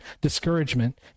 discouragement